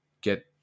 get